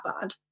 bad